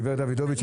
גברת דוידוביץ,